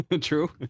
True